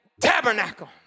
tabernacle